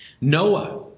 Noah